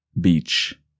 Beach